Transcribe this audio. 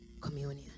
communion